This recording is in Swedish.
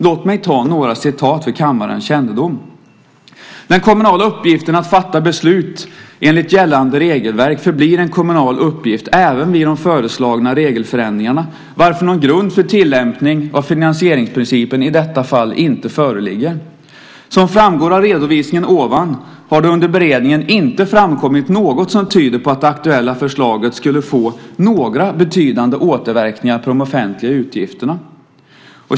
Låt mig ta några meningar för kammarens kännedom: Den kommunala uppgiften att fatta beslut enligt gällande regelverk förblir en kommunal uppgift även vid de föreslagna regelförändringarna, varför någon grund för tillämpning av finansieringsprincipen i detta fall inte föreligger. Som framgår av redovisningen ovan har det under beredningen inte framkommit något som tyder på att det aktuella förslaget skulle få några betydande återverkningar på de offentliga utgifterna.